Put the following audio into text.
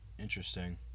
interesting